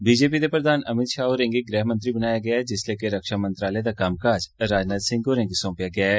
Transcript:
BJP दे प्रधान अमित शाह होरें'गी गृह मंत्री बनाया गेआ ऐ जिसलै के रक्षा मंत्रालय दा कम्मकाज राजनाथ सिंह होरें'गी सौंपेआ गेआ ऐ